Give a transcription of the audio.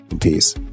Peace